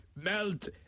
melt